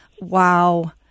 Wow